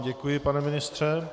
Děkuji vám, pane ministře.